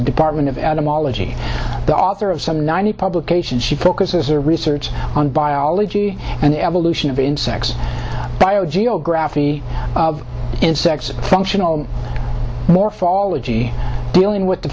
the department of adam ology the author of summer ninety publications she focuses a research on biology and evolution of insects biogeography of insects functional morphology dealing with the